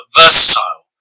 versatile